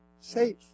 safe